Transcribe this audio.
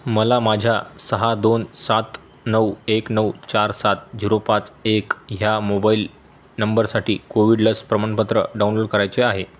मला माझ्या सहा दोन सात नऊ एक नऊ चार सात झिरो पाच एक ह्या मोबाईल नंबरसाठी कोविड लस प्रमाणपत्र डाउनलोड करायचे आहे